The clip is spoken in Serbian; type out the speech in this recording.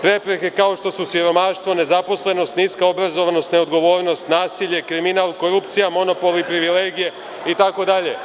Prepreke, kao što su siromaštvo, nezaposlenost, niska obrazovanost, neodgovornost, nasilje, kriminal, korupcija, monopol i privilegije, itd.